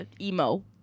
emo